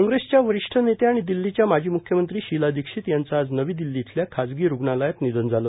कॉंप्रेसच्या वरि ठ नेत्या आणि दिल्लीच्या माजी मुख्यमंत्री शिला दीक्षित यांचं आज नवी दिल्ली इथल्या खाजगी स्रग्णालयात निधन झालं